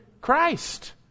Christ